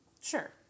Sure